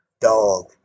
dog